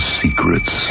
secrets